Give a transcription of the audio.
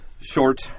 short